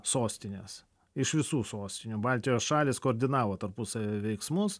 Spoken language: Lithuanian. sostinės iš visų sostinių baltijos šalys koordinavo tarpusavyje veiksmus